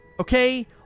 Okay